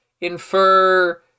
infer